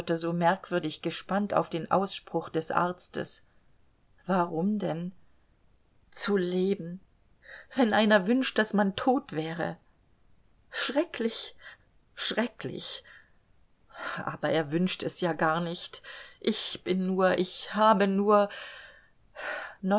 so merkwürdig gespannt auf den ausspruch des arztes warum denn zu leben wenn einer wünscht daß man tot wäre schrecklich schrecklich aber er wünscht es ja gar nicht ich bin nur ich habe nur